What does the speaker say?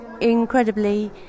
incredibly